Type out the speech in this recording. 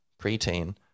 preteen